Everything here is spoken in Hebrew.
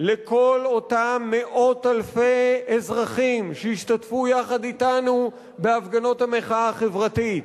לכל אותם מאות אלפי אזרחים שהשתתפו יחד אתנו בהפגנות המחאה החברתית,